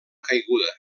caiguda